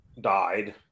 died